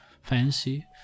fancy